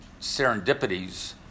serendipities